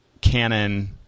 Canon